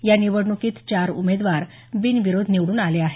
या निवडणुकीत चार उमेदवार बिनविरोध निवडून आले आहेत